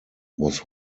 was